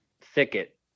thicket